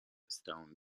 stone